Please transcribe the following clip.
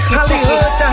Hollywood